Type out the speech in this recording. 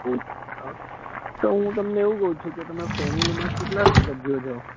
okay તો હુ તમને એવું કહું છું કે તમારા ફેમિલીમાં કેટલા સભ્યો છો